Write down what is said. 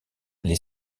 les